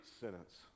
sentence